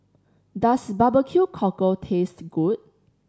does barbecue cockle taste good